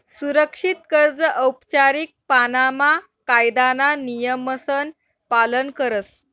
सुरक्षित कर्ज औपचारीक पाणामा कायदाना नियमसन पालन करस